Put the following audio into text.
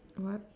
what